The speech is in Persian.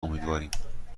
امیدواریم